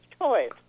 choice